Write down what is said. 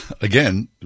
again